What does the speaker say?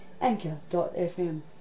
Anchor.fm